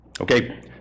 Okay